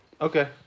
Okay